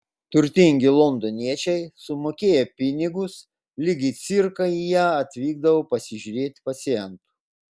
turtingi londoniečiai sumokėję pinigus lyg į cirką į ją atvykdavo pasižiūrėti pacientų